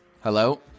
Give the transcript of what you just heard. Hello